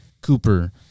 Cooper